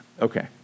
Okay